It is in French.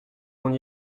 qu’on